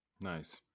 Nice